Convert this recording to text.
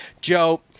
Joe